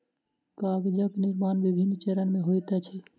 कागजक निर्माण विभिन्न चरण मे होइत अछि